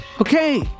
Okay